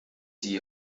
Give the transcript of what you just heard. die